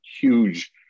huge